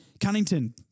Cunnington